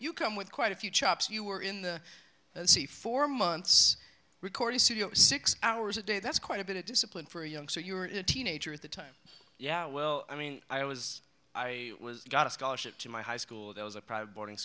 you come with quite a few chops you were in the sea for months recording studio six hours a day that's quite a bit of discipline for a youngster you're a teenager at the time yeah well i mean i was i was got a scholarship to my high school there was a private boarding